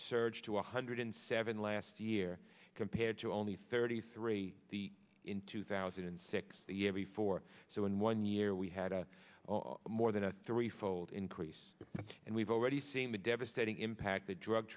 surged to one hundred seven last year compared to only thirty three the in two thousand and six the year before so in one year we had a more than a three fold increase and we've already seen the devastating impact that drug